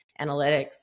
analytics